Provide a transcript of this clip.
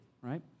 right